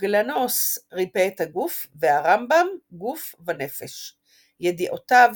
”גלנוס ריפא את הגוף/ והרמב"ם גוף ונפש./ ידיעותיו